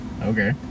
okay